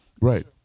right